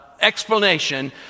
explanation